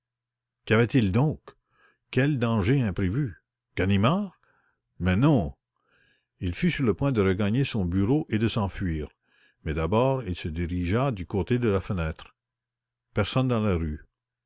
avait-il donc quel danger imprévu ganimard mais non il fut sur le point de regagner son bureau et de s'enfuir mais d'abord il se dirigea du côté de la fenêtre personne dans la rue